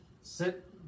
Sit